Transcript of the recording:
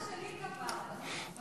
גם סבתא שלי כפרה, אז מה?